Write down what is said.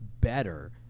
better